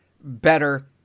better